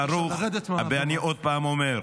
ואני עוד פעם אומר,